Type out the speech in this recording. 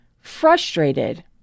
Frustrated